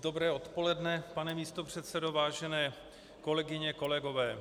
Dobré odpoledne pane místopředsedo, vážené kolegyně, kolegové.